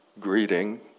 greeting